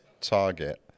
target